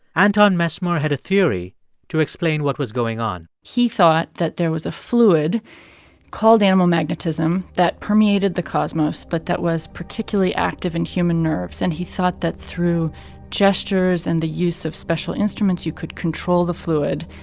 anton mesmer had a theory to explain what was going on he thought that there was a fluid called animal magnetism that permeated the cosmos but that was particularly active in human nerves. and he thought that through gestures and the use of special instruments you could control the fluid,